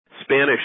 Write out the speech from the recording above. Spanish